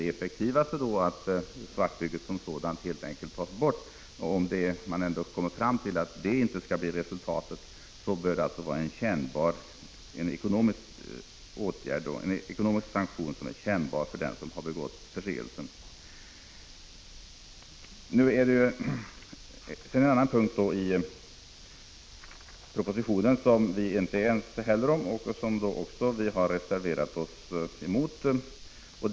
Det effektivaste är då att svartbygget som sådant helt enkelt tas bort, men om man kommer fram till att detta inte bör bli resultatet, så bör man vidta en sanktion som är ekonomiskt kännbar för den som har begått förseelsen. Det finns en annan punkt i propositionen som vi inte heller är ense om och som vi har reserverat oss mot.